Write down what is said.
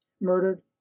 murdered